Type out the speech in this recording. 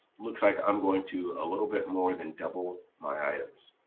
looks like i'm going to a little bit more than double my items.